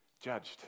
judged